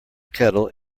kettle